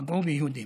פגעו ביהודים,